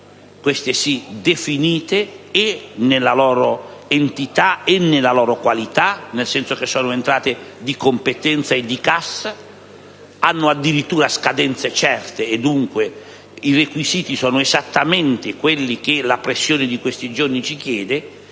queste sì definite, e nella loro entità e nella loro qualità, nel senso che sono entrate di competenza e di cassa, addirittura con scadenze precise. Dunque, i requisiti sono esattamente quelli che la pressione di questi giorni ci chiede,